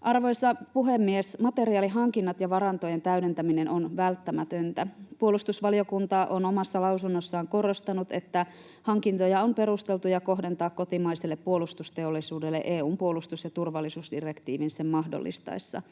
Arvoisa puhemies! Materiaalihankinnat ja varantojen täydentäminen on välttämätöntä. Puolustusvaliokunta on omassa lausunnossaan korostanut, että hankintoja on perusteltua kohdentaa kotimaiselle puolustusteollisuudelle EU:n puolustus- ja turvallisuusdirektiivin sen mahdollistaessa.